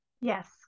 Yes